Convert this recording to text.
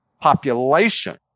population